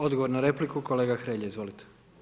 Odgovor na repliku kolega Hrelja, izvolite.